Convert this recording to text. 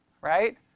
Right